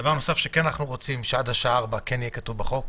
דבר נוסף שאנחנו רוצים שעד השעה 16:00 יהיה כתוב בחוק,